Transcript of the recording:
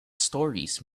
stories